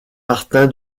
martin